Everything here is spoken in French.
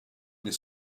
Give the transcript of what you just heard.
des